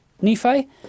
Nephi